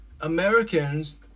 Americans